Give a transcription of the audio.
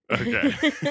Okay